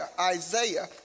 Isaiah